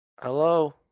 Hello